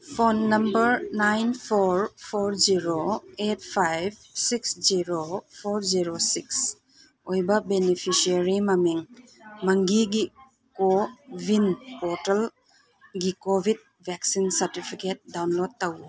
phone number nine four four zero eight five six zero four zero six ꯑꯣꯏꯕ ꯕꯤꯅꯤꯐꯤꯁꯔꯤꯒꯤ ꯃꯃꯤꯡ ꯃꯪꯒꯤꯒꯤ ꯀꯣꯋꯤꯟ ꯄꯣꯔꯇꯦꯜꯒꯤ ꯀꯣꯕꯤꯠ ꯚꯦꯛꯁꯤꯟ ꯁꯥꯔꯇꯤꯐꯤꯀꯦꯠ ꯗꯥꯎꯟꯂꯣꯠ ꯇꯧ